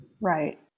Right